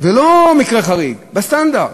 וזה לא מקרה חריג, בסטנדרט.